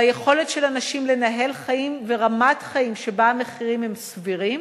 ביכולת של אנשים לנהל חיים ורמת חיים שבה המחירים הם סבירים,